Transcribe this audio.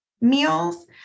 meals